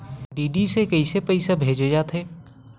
DD से कइसे पईसा भेजे जाथे?